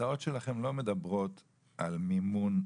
ההצעות שלכם לא מדברות על מימון על מימון